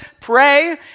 pray